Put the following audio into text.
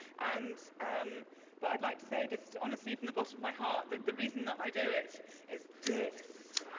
and um but i'd like to say just honestly from the bottom of my heart, that the reason that i do it is this.